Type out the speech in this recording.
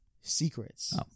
secrets